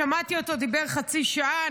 שדיבר חצי שעה.